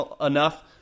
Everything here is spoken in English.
enough